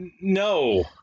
No